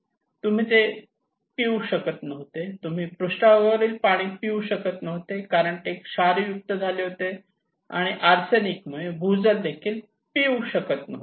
तुम्ही खाऊ शकत नव्हते तुम्ही पृष्ठभागावरील पाणी पिऊ शकत नव्हते कारण ते क्षारयुक्त झाले होते आणि आर्सेनिक मुळे भूजल देखील पिऊ शकत नव्हते